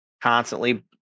Constantly